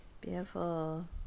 Beautiful